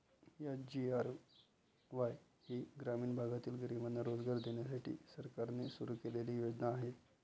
SGRY ही ग्रामीण भागातील गरिबांना रोजगार देण्यासाठी सरकारने सुरू केलेली योजना आहे